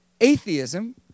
atheism